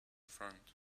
front